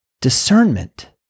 discernment